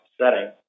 setting